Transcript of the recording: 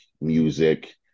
music